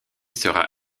sera